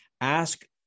Ask